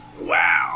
Wow